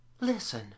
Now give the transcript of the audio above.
listen